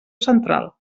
central